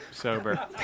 Sober